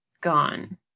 gone